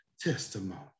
testimony